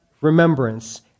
remembrance